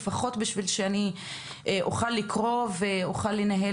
לפחות על מנת שאני אוכל לקרוא ואני אוכל לנהל